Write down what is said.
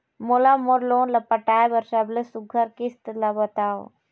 मोला मोर लोन ला पटाए बर सबले सुघ्घर किस्त ला बताव?